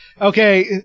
Okay